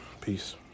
Peace